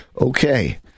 okay